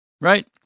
right